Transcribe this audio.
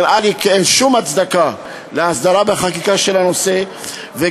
נראה כי אין שום הצדקה להסדרה של הנושא בחקיקה,